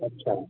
अच्छा